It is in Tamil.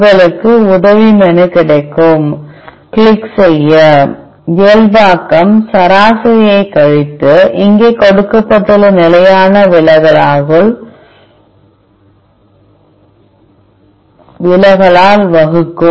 உங்களுக்கு உதவி மெனு கிடைக்கும் கிளிக் செய்ய இயல்பாக்கம் சராசரியைக் கழித்து இங்கே கொடுக்கப்பட்டுள்ள நிலையான விலகலால் வகுக்கும்